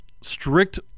strict